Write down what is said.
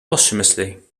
posthumously